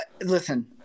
listen